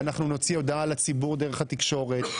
אנחנו נוציא הודעה לציבור דרך התקשורת,